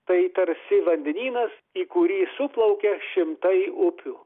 tai tarsi vandenynas į kurį suplaukia šimtai upių